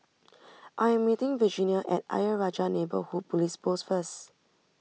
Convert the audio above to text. I am meeting Virginia at Ayer Rajah Neighbourhood Police Post first